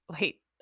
wait